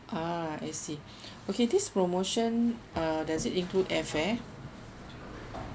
ah I see okay this promotion uh does it include airfare